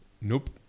Nope